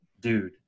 dude